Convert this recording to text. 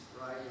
right